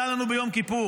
לא עלה לנו ביום כיפור?